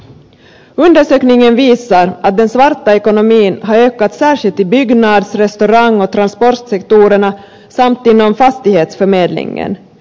undersökningen visar att den svarta ekonomin har ökat särskilt i byggnads restaurang och transportsektorerna samt inom fastighetsförmedlingen